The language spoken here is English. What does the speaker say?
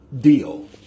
deal